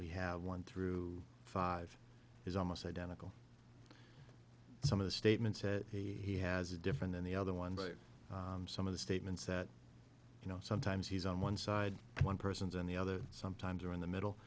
we have one through five is almost identical some of the statements that he has different than the other one but some of the statements that you know sometimes he's on one side one person's and the other sometimes are in the middle